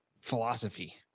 philosophy